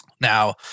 Now